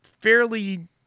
fairly